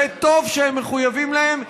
וטוב שהם מחויבים להם,